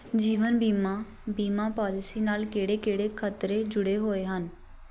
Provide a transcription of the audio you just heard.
ਜੀਵਨ ਬੀਮਾ ਬੀਮਾ ਪੋਲਿਸੀ ਨਾਲ ਕਿਹੜੇ ਕਿਹੜੇ ਖਤਰੇ ਜੁੜੇ ਹੋਏ ਹਨ